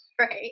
right